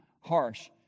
harsh